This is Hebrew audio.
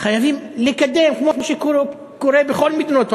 חייבים לקדם, כמו שקורה בכל מדינות ה-OECD,